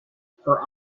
her